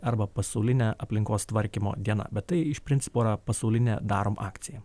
arba pasaulinė aplinkos tvarkymo diena bet tai iš principo yra pasaulinė darom akcija